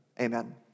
Amen